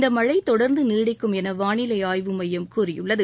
இந்த மழை தொடர்ந்து நிடிக்கும் என வானிலை ஆய்வு மையம் கூறியுள்ளது